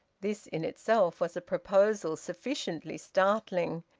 this in itself was a proposal sufficiently startling,